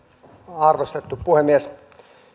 arvostettu puhemies